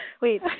wait